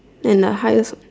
and a higher